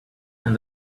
and